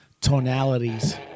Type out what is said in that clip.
tonalities